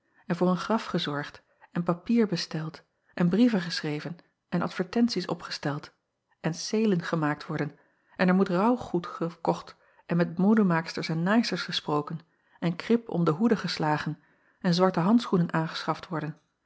en voor een graf gezorgd en papier besteld en brieven geschreven en advertenties opgesteld en ceêlen gemaakt worden en er moet rouwgoed gekocht en met modemaaksters en naaisters gesproken en krip om de hoeden geslagen en zwarte handschoenen aangeschaft worden